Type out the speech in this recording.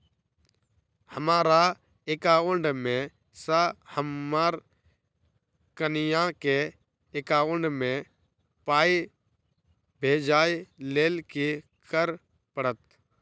हमरा एकाउंट मे सऽ हम्मर कनिया केँ एकाउंट मै पाई भेजइ लेल की करऽ पड़त?